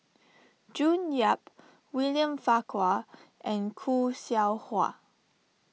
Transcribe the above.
June Yap William Farquhar and Khoo Seow Hwa